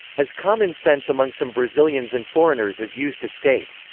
as common sense among some brazilians and foreigners is used to state.